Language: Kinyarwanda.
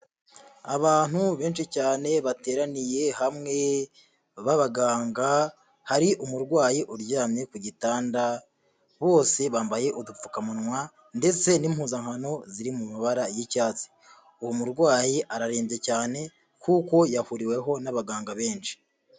Abantu benshi cyane bateraniye hamwe b'abaganga hari umurwayi uryamye ku gitanda , bose bambaye udupfukamunwa ndetse n'impuzankano ziri mu mabara y'icyatsi , uwo murwayi ararembye cyane kuko yahuriweho n'abaganga benshi.